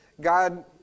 God